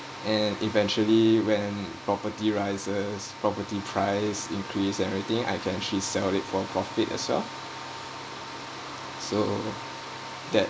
and eventually when property rises property price increase and everything I can actually sell it for profit as well so that